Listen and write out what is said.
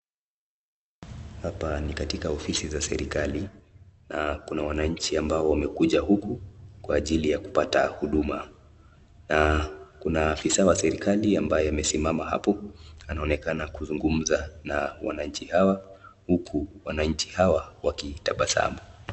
Hapa ni katika ofisi za serikali na kuna wananchi ambao wamekuja huku kwa ajili ya kupata huduma, na kuna afisa wa serikali ambaye amesimama hapo na anaonekana kuzungumza na wananchi hawa ,huku wananchi hawa wakitabasamu.